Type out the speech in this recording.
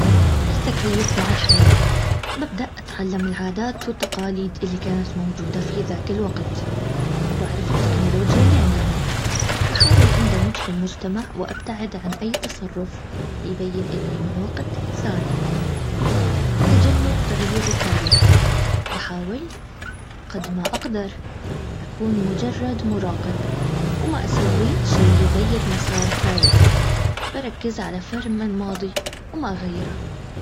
التكيف مع الحياة ،ببدأ اتعلم العادات والتقاليد اللي كانت موجودة في ذاك الوقت ،وبعرف التكنولوجيا اللي عندهم. بحاول اندمج في المجتمع وابتعد عن أي تصرف، يبين اني من وقت ثاني تجنب تغيير التاريخ بحاول قد ما اقدر اكون مجرد مراقب وما اسوي شي يغير مسار التاريخ بركزعلى فهم الماضي وما اغيره